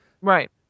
Right